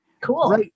Cool